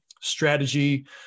strategy